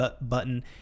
button